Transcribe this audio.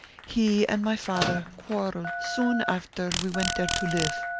he and my father quarrelled soon after we went there to live.